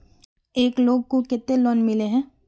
एक लोग को केते लोन मिले है?